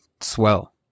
swell